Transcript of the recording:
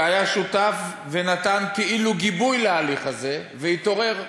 שהיה שותף, ונתן כאילו גיבוי להליך הזה, התעורר,